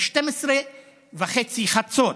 בסביבות 22:00, ב-24:30, חצות,